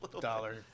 Dollar